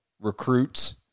recruits